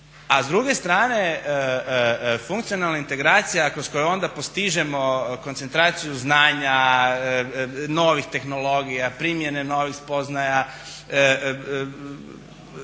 A s druge strane funkcionalna integracija kroz koju onda postižemo koncentraciju znanja, novih tehnologija, primjene novih spoznaja